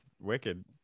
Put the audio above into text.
wicked